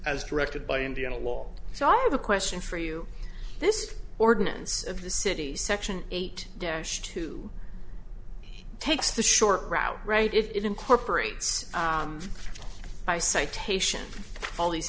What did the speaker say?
as directed by indiana law so i have a question for you this ordinance of the city section eight dash two takes the short route right if it incorporates by citation all these